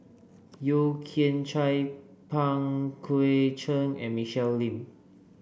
Yeo Kian Chye Pang Guek Cheng and Michelle Lim